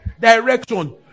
Direction